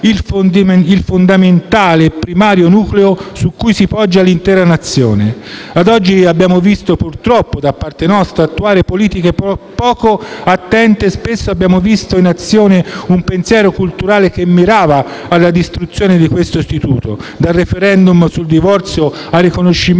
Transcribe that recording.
il fondamentale e primario nucleo su cui si poggia l'intera Nazione. Ad oggi abbiamo visto, purtroppo da parte nostra, attuare politiche poco attente e spesso abbiamo visto in azione un pensiero culturale che mirava alla distruzione di questo istituto, dal *referendum* sul divorzio al riconoscimento